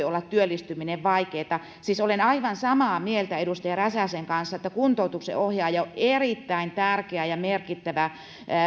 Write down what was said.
olla vaikeata siis olen aivan samaa mieltä edustaja räsäsen kanssa että kuntoutuksen ohjaaja on erittäin tärkeä ja merkittävä